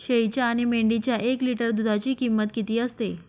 शेळीच्या आणि मेंढीच्या एक लिटर दूधाची किंमत किती असते?